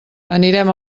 anirem